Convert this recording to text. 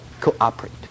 cooperate